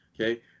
okay